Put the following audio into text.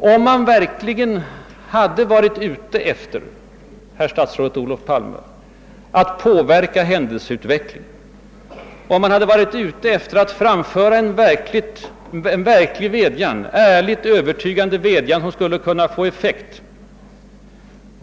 Om man, herr statsrådet Olof Palme, verkligen hade varit ute för att påverka händelseutvecklingen och man hade försökt framföra en verklig, ärlig och övertygande vädjan som skulle kunnat få effekt,